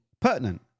pertinent